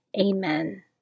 Amen